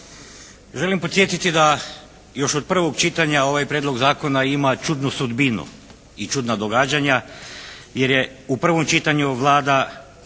Želim podsjetiti da još od prvog čitanja ovaj prijedlog zakona ima čudnu sudbinu i čudna događanja jer je u prvom čitanju Vlada